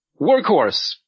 Workhorse